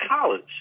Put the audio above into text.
college